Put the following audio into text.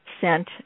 sent